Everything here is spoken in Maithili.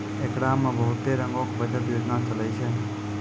एकरा मे बहुते रंगो के बचत योजना चलै छै